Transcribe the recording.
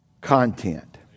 content